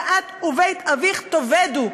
ואת ובית אביך תאבדו".